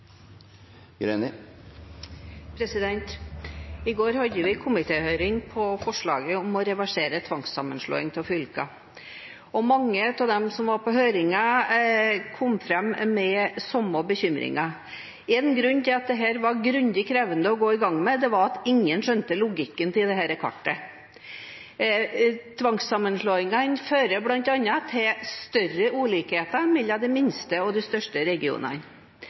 hadde vi komitéhøring om forslaget om å reversere tvangssammenslåing av fylker. Mange av dem som var på høringen, kom med den samme bekymringen. Én grunn til at dette var grundig krevende å gå i gang med, var at ingen skjønte logikken i dette kartet. Tvangssammenslåingene fører bl.a. til større ulikheter mellom de minste og de største regionene.